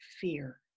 fear